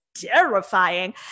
terrifying